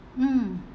mm